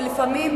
ולפעמים,